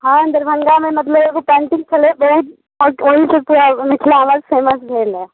हँ दरभङ्गामे मतलब एगो पेन्टिङ्ग छलै बड्ड ओहि से फेर आब मिथिला आवाज फेमस भेलऽ